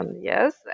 yes